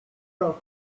got